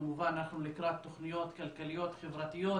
כמובן אנחנו לקראת תוכניות כלכליות, חברתיות